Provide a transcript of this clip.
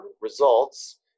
results